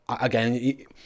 Again